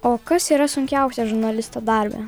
o kas yra sunkiausia žurnalisto darbe